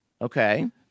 Okay